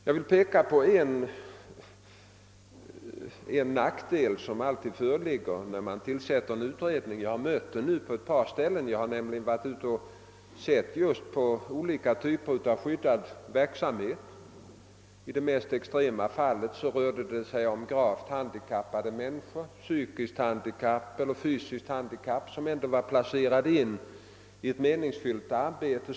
Jag vill peka på en nackdel som alltid uppträder vid tillsättandet av en utredning och som jag nyligen stött på vid ett par tillfällen. Jag har nämligen just varit ute och studerat ett par olika typer av skyddad verksamhet. I det ena fallet rörde det sig om gravt psykiskt eller fysiskt handikappade människor, som tidigare inte varit inplacerade i något arbete.